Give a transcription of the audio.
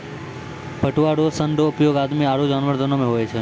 पटुआ रो सन रो उपयोग आदमी आरु जानवर दोनो मे हुवै छै